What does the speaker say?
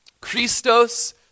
Christos